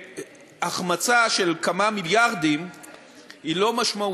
החמצה של כמה מיליארדים היא לא משמעותית,